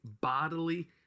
bodily